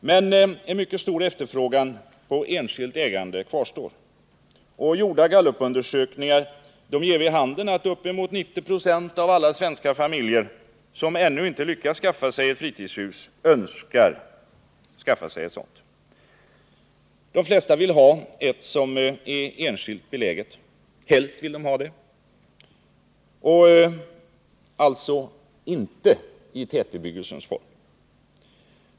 Men en mycket stor efterfrågan på enskilt ägande kvarstår. Gjorda gallupundersökningar ger vid handen att uppemot 90 926 av alla svenska familjer som ännu inte lyckats skaffa sig fritidshus önskar skaffa sig ett sådant. De flesta vill helst ha det enskilt beläget, alltså inte i tätbebyggelsens form.